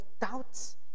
doubts